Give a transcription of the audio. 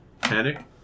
Panic